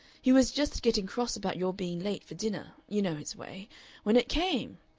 he was just getting cross about your being late for dinner you know his way when it came.